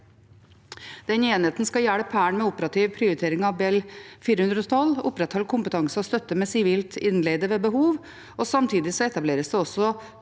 Den enheten skal hjelpe Hæren med operativ prioritering av Bell 412, opprettholde kompetanse og støtte med sivilt innleide ved behov. Samtidig etableres det også